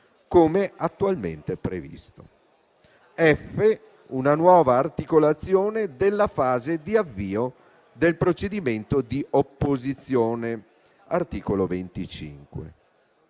come attualmente previsto. È poi prevista una nuova articolazione della fase di avvio del procedimento di opposizione (articolo 25).